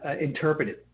interpreted